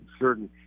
certain